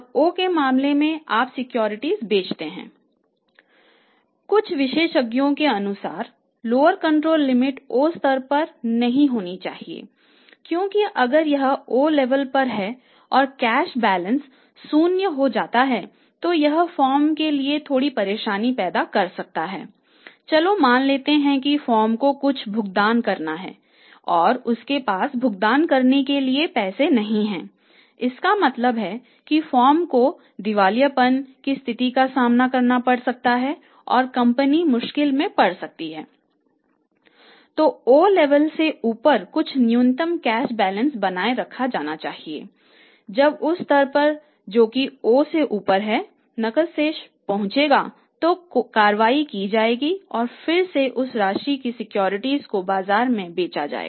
h के मामले में आप सिक्योरिटी खरीदते हैं और o के मामले में आप सिक्योरिटी बेचते हैं